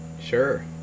Sure